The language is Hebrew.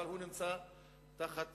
אבל הוא נמצא תחת